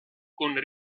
con